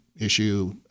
issue